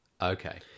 Okay